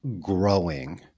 growing